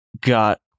got